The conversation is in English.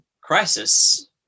crisis